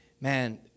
Man